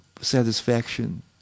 Satisfaction